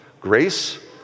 grace